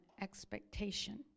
expectation